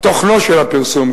תוכנו של הפרסום,